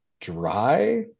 dry